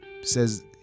says